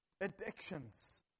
addictions